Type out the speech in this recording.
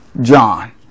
John